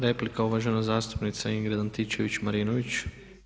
Replika uvažena zastupnica Ingrid Antičević Marinović.